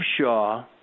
Shaw